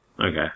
Okay